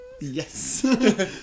Yes